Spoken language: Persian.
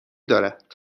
دارد